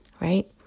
Right